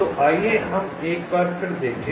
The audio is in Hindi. तो आइए हम एक बार देखें